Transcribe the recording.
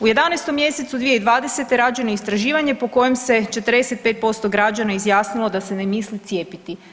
U 11. mjesecu 2020. rađeno je istraživanje po kojem se 45% građana izjasnilo da se ne misli cijepiti.